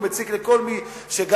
הוא מציק לכל מי שגר,